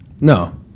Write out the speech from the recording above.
no